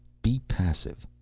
be passive.